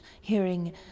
hearing